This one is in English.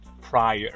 prior